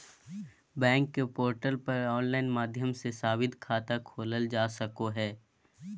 bank के portal पर online माध्यम से सावधि जमा खाता खोलल जा सको हय